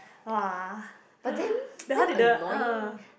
!wah! then how did the uh